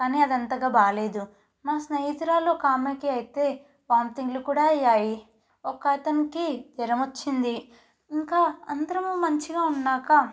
కానీ అది అంతగా బాగా లేదు మా స్నేహితురాలు ఒక ఆమెకి అయితే వామిటింగ్లు కూడా అయ్యాయి ఒక అతనికి జ్వరము వచ్చింది ఇంకా అందరమూ మంచిగా ఉన్నాక